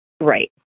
Right